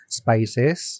spices